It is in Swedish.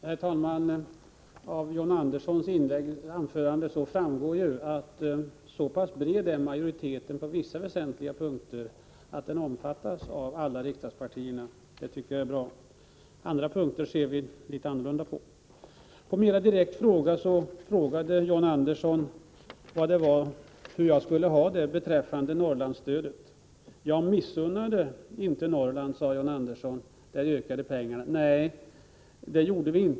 Herr talman! Av John Anderssons anförande framgår att majoriteten på vissa väsentliga punkter är så pass bred att den omfattar alla riksdagspartier. Det tycker jag är bra. Det finns dock andra punkter som vi ser litet annorlunda på. John Andersson frågade hur jag skulle ha det beträffande Norrlandsstödet. Han sade att jag inte missunnade Norrland när vi yrkade pengarna. Nej, det gjorde vi inte.